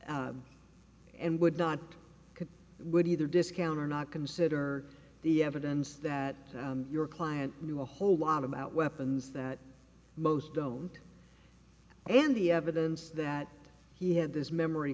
o and would not could would either discounter not consider the evidence that your client knew a whole lot about weapons that most don't and the evidence that he had this memory